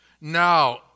Now